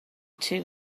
too